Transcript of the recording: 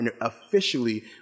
officially